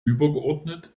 übergeordnet